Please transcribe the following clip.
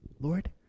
Lord